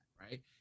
right